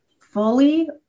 fully